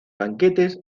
banquetes